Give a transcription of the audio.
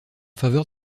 faveur